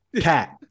Cat